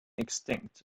extinct